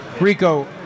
Rico